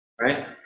Right